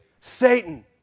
Satan